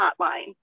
hotline